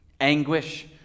anguish